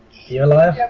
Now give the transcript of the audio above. you're alive,